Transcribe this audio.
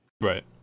Right